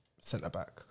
centre-back